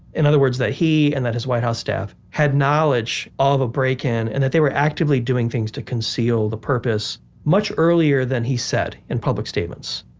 in other words, that he and that his white house staff had knowledge of a break-in and that they were actively doing things to conceal the purpose much earlier than he said in public statements.